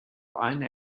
eine